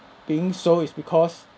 being so is because